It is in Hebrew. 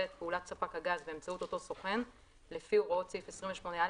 את פעולת ספק גז באמצעות אותו סוכן לפי הוראות סעיף 28א